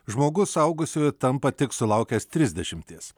žmogus suaugusiuoju tampa tik sulaukęs trisdešimties